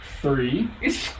Three